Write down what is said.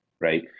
Right